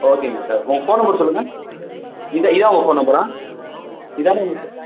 ஓகேங்க சார் உங்கள் phone number சொல்லுங்கள் இதா இதுதான் உங்கள் ஃபோன் நம்பரா இதானே உங்கள் ஃபோ